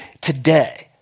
today